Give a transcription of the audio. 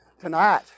tonight